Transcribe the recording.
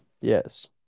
Yes